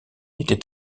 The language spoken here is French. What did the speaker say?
était